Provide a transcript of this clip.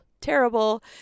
terrible